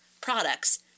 products